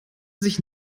sich